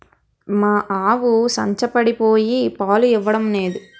మా ఆవు సంచపడిపోయి పాలు ఇవ్వడం నేదు